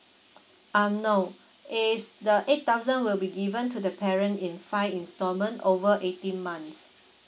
um no is the eight thousand will be given to the parent in five instalment over eighteen months